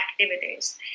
activities